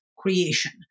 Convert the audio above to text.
creation